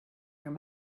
your